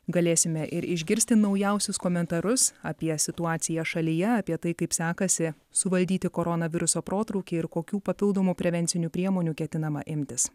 galėsime ir išgirsti naujausius komentarus apie situaciją šalyje apie tai kaip sekasi suvaldyti koronaviruso protrūkį ir kokių papildomų prevencinių priemonių ketinama imtis